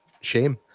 shame